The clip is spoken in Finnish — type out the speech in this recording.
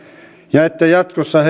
ja että jatkossa